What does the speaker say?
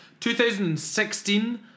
2016